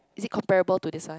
is it comparable to this one